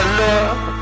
love